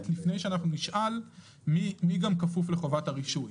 לפני שאנחנו נשאל מי כפוף לחובת הרישוי.